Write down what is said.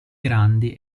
grandi